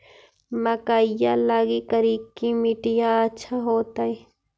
मकईया लगी करिकी मिट्टियां अच्छा होतई